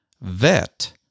vet